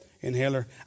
inhaler